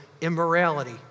immorality